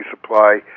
supply